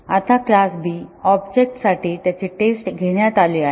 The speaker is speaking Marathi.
आता क्लास B ऑब्जेक्ट साठी त्याची टेस्ट घेण्यात आली आहे